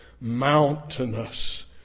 mountainous